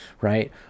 right